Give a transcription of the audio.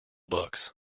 books